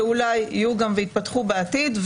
שאולי יהיו גם ויתפתחו בעתיד.